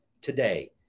today